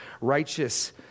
righteous